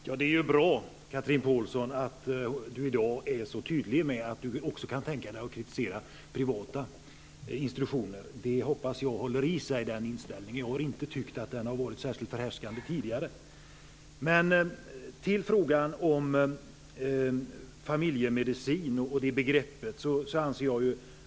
Fru talman! Det är bra att Chatrine Pålsson i dag är så tydlig med att hon också kan tänka sig att kritisera privata institutioner. Jag hoppas att den inställningen håller i sig. Jag har inte tyckt att den har varit särskilt förhärskande tidigare. Låt mig gå över till begreppet familjemedicin.